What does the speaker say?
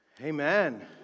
Amen